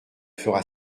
fera